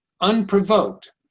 unprovoked